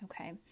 Okay